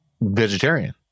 Vegetarian